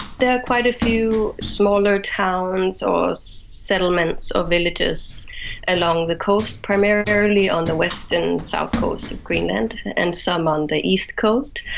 there are quite a few smaller towns or settlements or villages along the coast, primarily on the west and south coast of greenland, and some on the east coast.